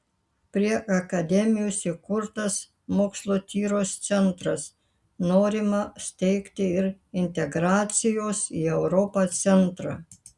prie akademijos įkurtas mokslotyros centras norima steigti ir integracijos į europą centrą